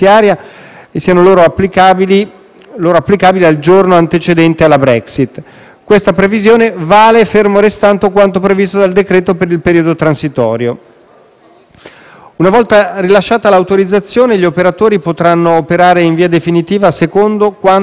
loro applicabili dal giorno antecedente la Brexit. Questa previsione vale fermo restando quanto previsto dal decreto per il periodo transitorio. Una volta rilasciata l'autorizzazione, gli operatori potranno operare in via definitiva secondo quanto previsto dalle disposizioni nazionali